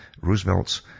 Roosevelt's